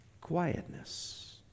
quietness